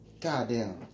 Goddamn